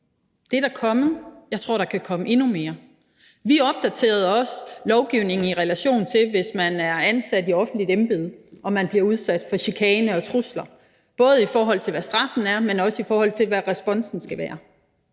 Det er der kommet. Jeg tror, at der kan komme endnu mere. Vi opdaterede også lovgivningen, i relation til hvis man er ansat i offentligt embede og bliver udsat for chikane og trusler, både i forhold til hvad straffen er, men også, i forhold til hvad responsen skal være.